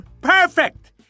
Perfect